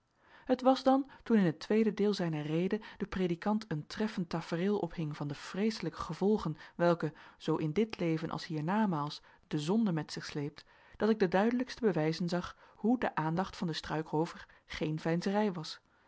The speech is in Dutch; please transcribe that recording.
het was dan toen in het tweede deel zijner rede de predikant een treffend tafereel ophing van de vreeselijke gevolgen welke zoo in dit leven als hiernamaals de zonde met zich sleept dat ik de duidelijkste bewijzen zag hoe de aandacht van den struikroover geen veinzerij was